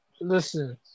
listen